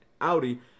Audi